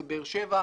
זה באר שבע,